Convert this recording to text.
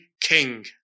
king